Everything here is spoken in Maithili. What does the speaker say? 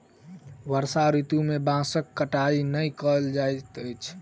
वर्षा ऋतू में बांसक कटाई नै कयल जाइत अछि